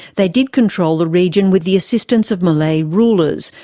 they did control the region with the assistance of malay rulers,